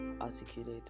articulate